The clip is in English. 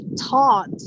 taught